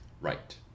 Right